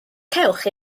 cewch